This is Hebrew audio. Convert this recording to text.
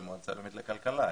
במועצה הלאומית לכלכלה,